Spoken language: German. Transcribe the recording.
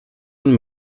von